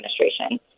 administration